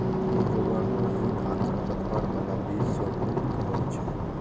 ई रोगाणुहीन आ खरपतवार बला बीज सं मुक्त होइ छै